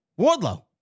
Wardlow